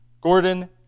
Gordon